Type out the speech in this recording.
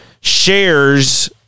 shares